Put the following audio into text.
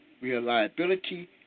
reliability